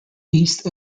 east